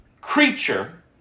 creature